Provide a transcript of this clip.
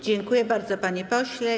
Dziękuję bardzo, panie pośle.